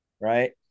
Right